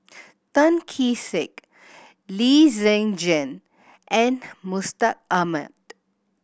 Tan Kee Sek Lee Zhen Jane and Mustaq Ahmad